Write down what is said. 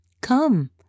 Come